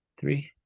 three